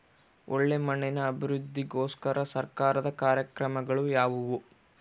ಒಳ್ಳೆ ಮಣ್ಣಿನ ಅಭಿವೃದ್ಧಿಗೋಸ್ಕರ ಸರ್ಕಾರದ ಕಾರ್ಯಕ್ರಮಗಳು ಯಾವುವು?